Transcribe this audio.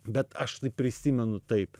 bet aš tai prisimenu taip